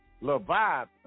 Leviathan